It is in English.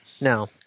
No